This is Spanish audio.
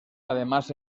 además